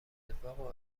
اتفاق